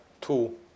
two